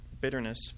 bitterness